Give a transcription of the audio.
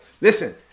listen